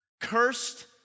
cursed